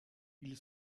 ils